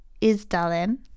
Isdalen